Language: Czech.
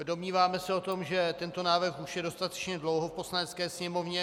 Domníváme se, že tento návrh už je dostatečně dlouho v Poslanecké sněmovně.